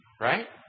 right